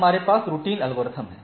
हमारे पास routine algorithm है